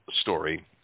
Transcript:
story